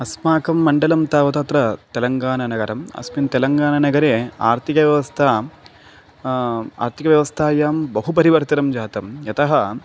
अस्माकं मण्डलं तावत् अत्र तेलङ्गानानगरम् अस्मिन् तेलङ्गानानगरे आर्थिकव्यवस्था आर्थिकव्यवस्थायां बहु परिवर्तनं जातं यतः